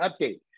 update